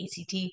ACT